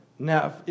Now